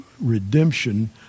redemption